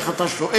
איך אתה שואל.